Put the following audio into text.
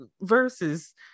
versus